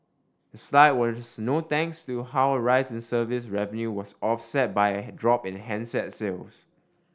the slide was no thanks to how a rise in service revenue was offset by a drop in handset sales